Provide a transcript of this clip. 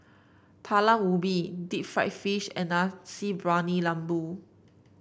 Talam Ubi Deep Fried Fish and Nasi Briyani Lembu